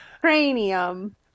Cranium